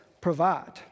provide